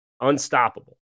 unstoppable